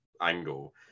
angle